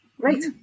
Great